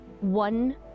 one